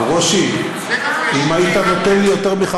גלנט, אם אתה במקום השר,